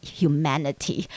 humanity